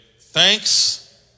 thanks